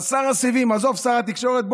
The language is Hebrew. שר הסיבים, עזוב שר התקשורת.